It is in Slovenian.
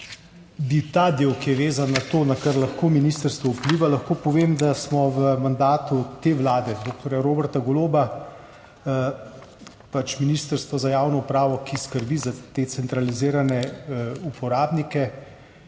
Za ta del, ki je vezan na to, na kar lahko ministrstvo vpliva, lahko povem, da je v mandatu te vlade dr. Roberta Goloba pač Ministrstvo za javno upravo, ki skrbi za te centralizirane uporabnike